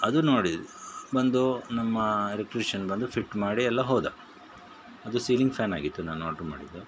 ಅದು ನೋಡಿ ಬಂದು ನಮ್ಮ ಎಲೆಕ್ಟ್ರಿಷಿಯನ್ ಬಂದು ಫಿಟ್ ಮಾಡಿ ಎಲ್ಲ ಹೋದ ಅದು ಸೀಲಿಂಗ್ ಫ್ಯಾನ್ ಆಗಿತ್ತು ನಾನು ಆರ್ಡ್ರು ಮಾಡಿದ್ದು